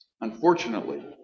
Unfortunately